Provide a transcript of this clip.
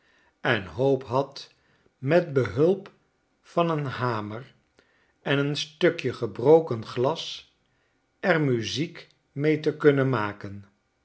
en hoop had met behulp van een hamer en een stukje gebroken glas er muziek mee te kunnen maken